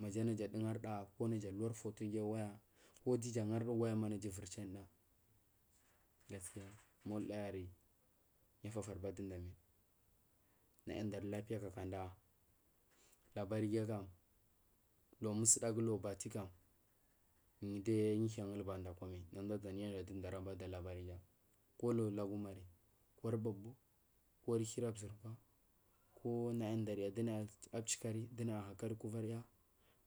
Majanaja ndugurda gu luri fotoguyi uwaya ko duja garda uwayama naja chanfa gaskiya moldayari yu afafar baɗuda mal naya undari lapiya kaka da labar giya kam lagu musdagu lagu bati ka, yudi yiyibasuka gulbada mai nada ʒani yaɗa duda rabaɗa labari giya ko laulaumari kuri bubu gori hiraʒurkwa ko naya darya duya hira ʒurkwa ko kari dunaya hakari gu kunanya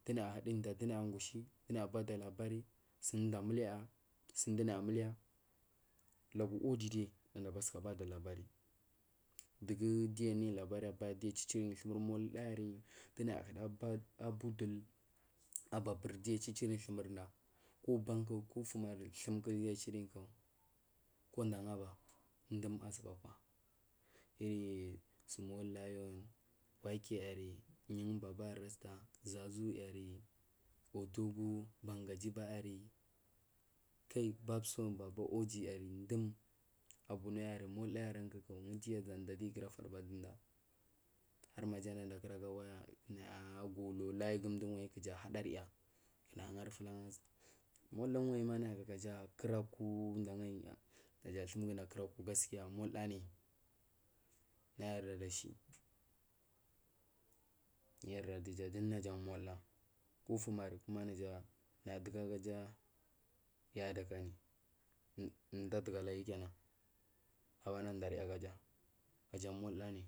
dunaya hudadi dunaya gushi naya bada labari sunda mu aya sundunaya nhuliya lagu wadi dal basuka bada labari dugu duyu nayi labar aba diyu achi dinyi thumur moldayar dunaya huraba abudhul aba pur diyu chichunynurna ko banku ko ufumari thumku diyu achiryiku konangu ba dum ʒubakwa iri small han bakiyiri ni babarasfa ʒaʒuyari adugu bangaji ba yari kal babson baba oji yari dum aguby yari molda yargu dum undiyu kura faɗuɗahar mandaya naɗa kuraga waya nayagu wyigu mduwanyi kuja hadarya kunaya. Gari fudagaja molda uwanyi ma naja kuraku naja thumgwa kuraku gaskiya molda nayarda dahu yu ayardar duja ama molda kufumari kuma naja naya tukugaja yaya dakani mdu dugalayu abana darya gaja naja molda ni.